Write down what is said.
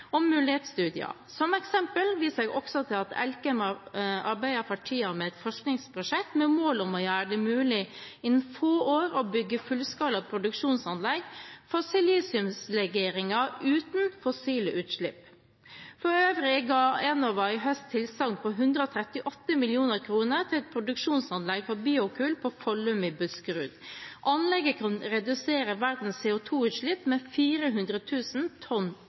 mulighetsstudier. Som eksempel viser jeg også til at Elkem for tiden arbeider med et forskningsprosjekt med mål om å gjøre det mulig innen få år å bygge fullskala produksjonsanlegg for silisiumlegeringer uten fossile utslipp. For øvrig ga Enova i høst tilsagn på 138 mill. kr til et produksjonsanlegg for biokull på Follum i Buskerud. Anlegget kan redusere verdens CO2-utslipp med 400 000 tonn